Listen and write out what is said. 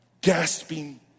Gasping